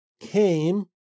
came